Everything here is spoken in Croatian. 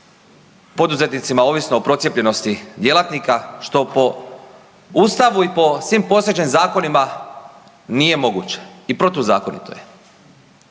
poduzetnicima ovisno o procijepljenosti djelatnika, što po ustavu i po svim postojećim zakonima nije moguće i protuzakonito je.